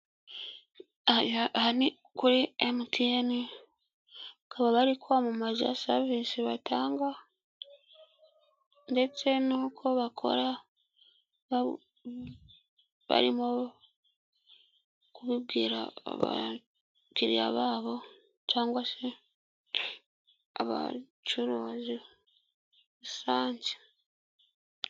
Aha ni kuri emutiyeni bakaba bari kwamamaza serivisi batanga ndetse n'uko bakora, barimo kubibwira abakiriya babo cyangwa se abacuruzi rusange.